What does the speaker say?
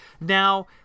Now